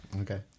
Okay